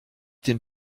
den